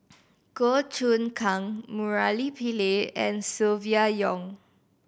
Goh Choon Kang Murali Pillai and Silvia Yong